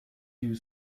you